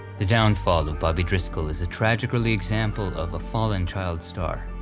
the downfall of bobby driscoll is a tragic early example of a fallen child star.